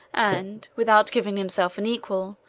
and, without giving himself an equal,